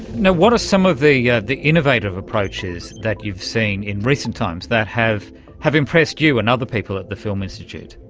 you know what are some of the yeah the innovative approaches that you've seen in recent times that have impressed you and other people at the film institute?